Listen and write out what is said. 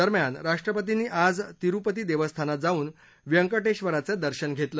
दरम्यान राष्ट्रपतीनी आज तिरूपती देवस्थानात जाऊन व्यंकटेबराचं दर्शन घेतलं